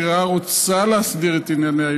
העירייה רוצה להסדיר את ענייניה,